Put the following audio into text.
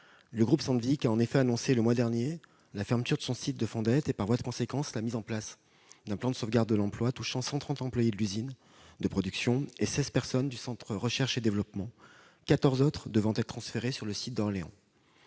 Le groupe Sandvik a en effet annoncé le mois dernier la fermeture de son site de Fondettes et, par voie de conséquence, la mise en place d'un plan de sauvegarde de l'emploi touchant 130 employés de l'usine de production et 16 personnes du centre de recherche et développement, 14 autres salariés devant être transférés sur le site d'Orléans.